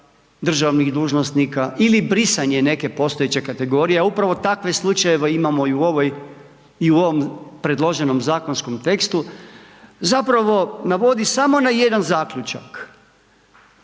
državnih dužnosnika ili brisanje neke postojeće kategorije a upravo takve slučajeve imamo i u ovom predloženom zakonskom tekstu zapravo navodi samo na jedan zaključak